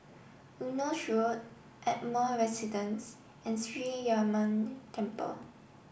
Eunos Road Ardmore Residence and Sree Ramar Temple